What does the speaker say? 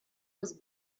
was